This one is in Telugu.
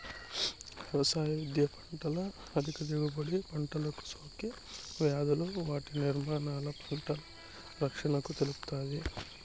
వ్యవసాయ విద్య పంటల అధిక దిగుబడి, పంటలకు సోకే వ్యాధులు వాటి నిర్మూలన, పంటల రక్షణను తెలుపుతాది